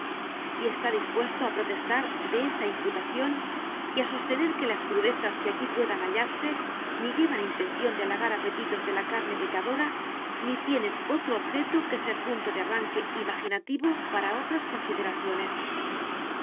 y está dispuesto a protestar de esa imputación y a sostener que las crudezas que aquí puedan hallarse ni llevan intención de halagar apetitos de la carne pecadora ni tienen otro objeto que ser punto de arranque imaginativo para otras consideraciones